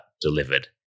delivered